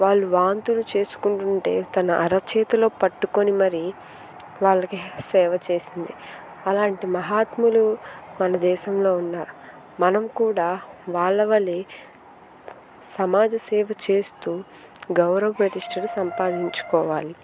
వాళ్ళు వాంతులు చేసుకుంటూ ఉంటే తన అరచేతిలో పట్టుకొని మరి వాళ్లకి సేవ చేసింది అలాంటి మహాత్ములు మన దేశంలో ఉన్నారు మనం కూడా వాళ్ళవలే సమాజ సేవ చేస్తూ గౌరవ ప్రతిష్టను సంపాదించుకోవాలి